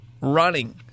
running